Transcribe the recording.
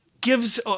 gives